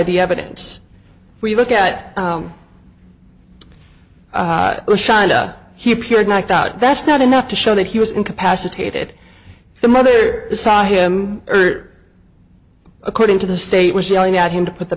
the evidence we look at china he appeared knocked out best not enough to show that he was incapacitated the mother saw him earlier according to the state was yelling at him to put the